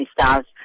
Stars